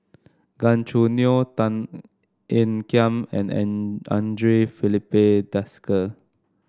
Gan Choo Neo Tan Ean Kiam and an Andre Filipe Desker